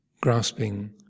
Grasping